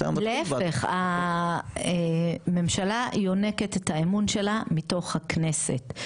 להיפך, הממשלה יונקת את האמון שלה מתוך הכנסת,